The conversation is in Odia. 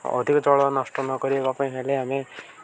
ଅଧିକ ଜଳ ନଷ୍ଟ ନକରବା ପାଇଁ ହେଲେ ଆମେ